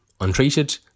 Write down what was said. untreated